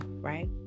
right